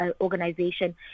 Organization